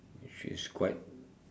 which is quite